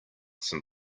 some